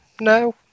no